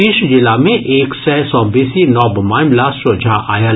तीस जिला मे एक सय सॅ बेसी नव मामिला सोझा आयल